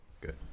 Good